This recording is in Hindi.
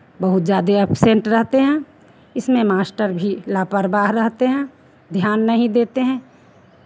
बहुत ज़्यादे एब्सेन्ट रहते हैं इसमें मास्टर भी लापरवाह रहते हैं ध्यान नहीं देते हैं